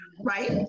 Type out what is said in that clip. right